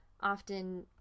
often